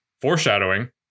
foreshadowing